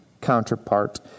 counterpart